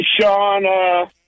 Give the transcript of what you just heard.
Sean